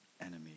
enemy